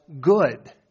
good